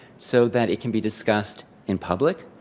so that it can be discussed in public,